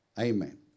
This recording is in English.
Amen